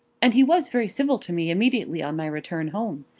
and he was very civil to me immediately on my return home.